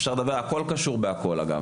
אבל הכול קשור בהכול.